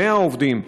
100 עובדים,